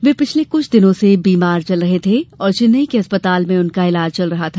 वे पिछले कुछ दिनों से बीमार चल रहे थे और चन्नई के अस्पताल में उनका इलाज चल रहा है